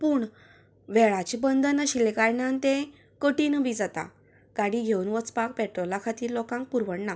पूण वेळाचें बंधन आशिल्ल्या कारणान तें कठीणय बी जाता गाडी घेवन वचपाक पेट्रोला खातीर लोकांक परवडना